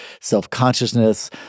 self-consciousness